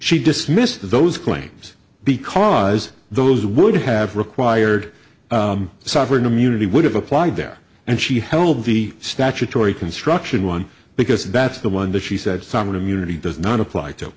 she dismissed those claims because those would have required sovereign immunity would have applied there and she held the statutory construction one because that's the one that she said some immunity does not apply to